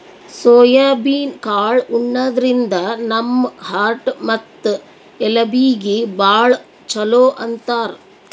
soybean ಕಾಳ್ ಉಣಾದ್ರಿನ್ದ ನಮ್ ಹಾರ್ಟ್ ಮತ್ತ್ ಎಲಬೀಗಿ ಭಾಳ್ ಛಲೋ ಅಂತಾರ್